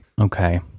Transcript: okay